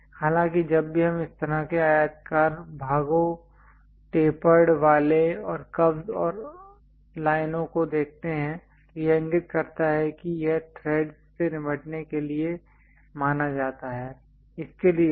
हालांकि जब भी हम इस तरह के आयताकार भागों टेपर्ड वाले और कर्वस् और लाइनों को देखते हैं तो यह इंगित करता है कि यह थ्रेडस् से निपटने के लिए माना जाता है